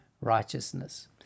righteousness